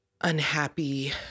unhappy